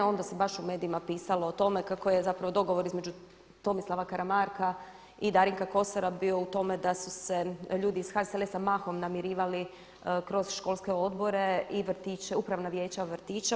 A onda se baš u medijima pisalo o tome kako je zapravo dogovor između Tomislava Karamarka i Darinka Kosora bio u tome da su se ljudi iz HSLS-a mahom namirivali kroz školske odbore i upravna vijeća vrtića.